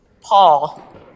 Paul